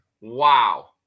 Wow